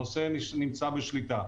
הנושא נמצא בשליטה.